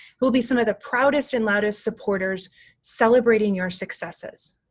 who will be some of the proudest and loudest supporters celebrating your successes.